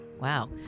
Wow